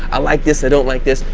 i like this. i don't like this.